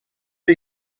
are